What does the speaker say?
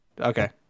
Okay